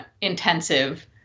intensive